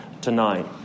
tonight